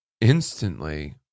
instantly